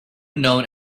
known